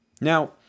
Now